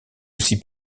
aussi